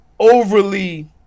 overly